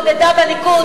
חברת כנסת בודדה בליכוד,